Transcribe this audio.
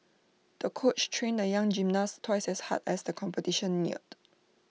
the coach trained the young gymnast twice as hard as the competition neared